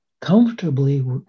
comfortably